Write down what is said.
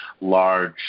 large